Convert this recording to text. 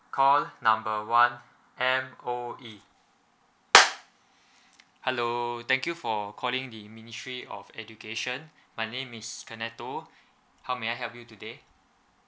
call number one M_O_E hello thank you for calling the ministry of education my name is kenetto though how may I help you today